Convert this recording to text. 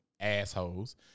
assholes